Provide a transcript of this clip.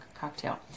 cocktail